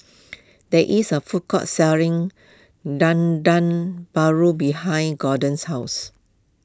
there is a food court selling Dendeng Paru behind Gorden's house